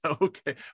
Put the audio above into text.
okay